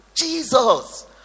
Jesus